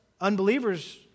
unbelievers